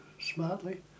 smartly